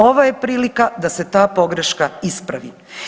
Ovo je prilika da se ta pogreška ispravi.